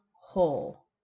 whole